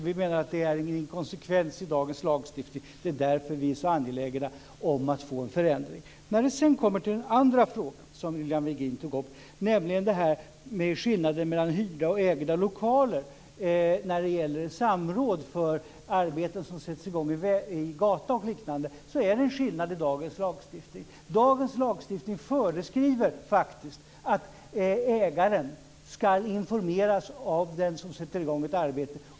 Vi menar att dagens lagstiftning är inkonsekvent, och det är därför som vi är så angelägna om att få en förändring. Den andra fråga som Lilian Virgin tog upp var skillnaden mellan hyrda och ägda lokaler när det gäller samråd om arbeten som sätts i gång i en gata o.d. Det är där en skillnad i dagens lagstiftning. Där föreskrivs att ägaren ska informeras om vem som sätter i gång ett arbete.